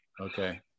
okay